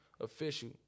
official